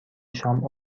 شام